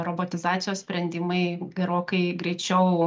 robotizacijos sprendimai gerokai greičiau